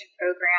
program